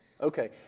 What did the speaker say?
Okay